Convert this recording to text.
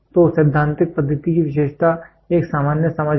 तो सैद्धांतिक पद्धति की विशेषता एक सामान्य समझ है